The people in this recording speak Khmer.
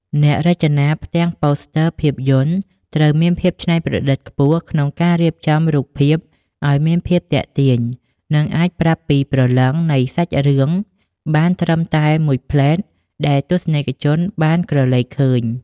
អ្នករចនាផ្ទាំងប៉ូស្ទ័រភាពយន្តត្រូវមានភាពច្នៃប្រឌិតខ្ពស់ក្នុងការរៀបចំរូបភាពឱ្យមានភាពទាក់ទាញ និងអាចប្រាប់ពីព្រលឹងនៃសាច់រឿងបានត្រឹមតែមួយភ្លែតដែលទស្សនិកជនបានក្រឡេកឃើញ។